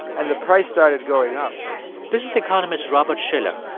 and the price started going up this is economist robert shiller.